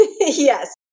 Yes